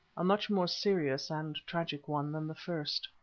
a much more serious and tragic one than the first.